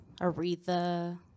Aretha